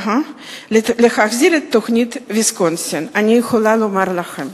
אני יכולה לומר לכם,